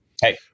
hey